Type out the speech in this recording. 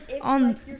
on